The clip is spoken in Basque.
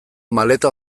maleta